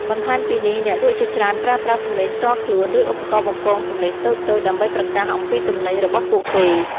បន្ថែមពីនេះ អ្នកលក់ជាច្រើនប្រើប្រាស់សំឡេងផ្ទាល់ខ្លួន ឬឧបករណ៍បំពងសំឡេងតូចៗ ដើម្បីប្រកាសអំពីទំនិញរបស់ពួកគេ។